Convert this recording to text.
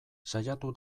saiatu